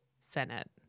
senate